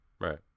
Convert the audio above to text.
right